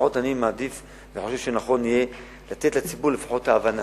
אני מעדיף וחושב שנכון יהיה לתת לציבור לפחות את ההבנה.